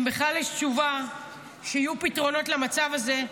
אם בכלל יש תשובה, שיהיו פתרונות למצב הזה.